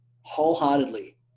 wholeheartedly